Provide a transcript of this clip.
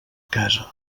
casa